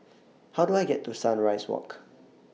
How Do I get to Sunrise Walk